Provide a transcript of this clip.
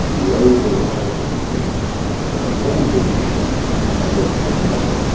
the overriding thing is that all these ships are there to make money,